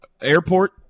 Airport